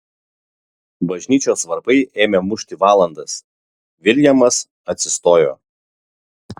bažnyčios varpai ėmė mušti valandas viljamas atsistojo